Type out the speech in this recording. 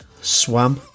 swam